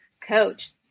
coach